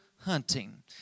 hunting